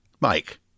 Mike